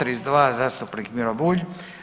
32 zastupnik Miro Bulj.